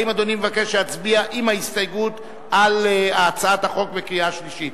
האם אדוני מבקש שנצביע על הצעת החוק עם ההסתייגות בקריאה שלישית?